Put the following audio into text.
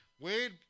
Wade